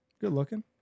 Good-looking